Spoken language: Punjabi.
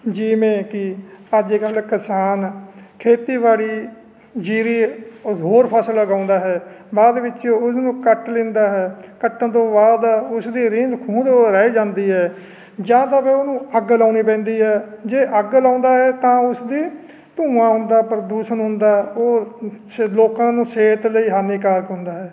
ਜਿਵੇਂ ਕਿ ਅੱਜ ਕੱਲ੍ਹ ਕਿਸਾਨ ਖੇਤੀਬਾੜੀ ਜੀਰੀ ਹੋਰ ਫਸਲ ਉਗਾਉਂਦਾ ਹੈ ਬਾਅਦ ਵਿੱਚ ਉਹਨੂੰ ਕੱਟ ਲੈਂਦਾ ਹੈ ਕੱਟਣ ਤੋਂ ਬਾਅਦ ਉਸਦੇ ਰਹਿੰਦ ਖੂੰਹਦ ਉਹ ਰਹਿ ਜਾਂਦੀ ਹੈ ਜਾਂ ਤਾਂ ਫਿਰ ਉਹਨੂੰ ਅੱਗ ਲਾਉਣੀ ਪੈਂਦੀ ਹੈ ਜੇ ਅੱਗ ਲਾਉਂਦਾ ਹੈ ਤਾਂ ਉਸਦੀ ਧੂੰਆਂ ਹੁੰਦਾ ਪ੍ਰਦੂਸ਼ਣ ਹੁੰਦਾ ਉਹ ਲੋਕਾਂ ਨੂੰ ਸਿਹਤ ਲਈ ਹਾਨੀਕਾਰਕ ਹੁੰਦਾ ਹੈ